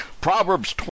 Proverbs